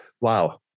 Wow